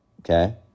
Okay